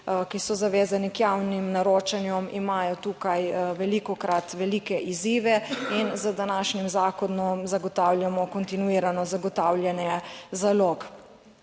ki so zavezani k javnim naročanjem, imajo tukaj velikokrat velike izzive in z današnjim zakonom zagotavljamo kontinuirano zagotavljanje zalog.